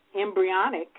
embryonic